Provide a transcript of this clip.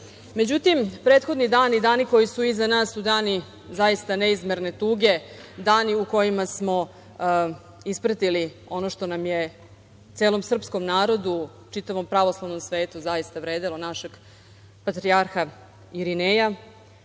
značaja.Međutim, prethodni dani, dani koji su iza nas su dani zaista neizmerne tuge, dani u kojima smo ispratili ono što nam je, celom srpskom narodu, čitavom pravoslavnom svetu, zaista vredelo, našeg patrijarha Irineja.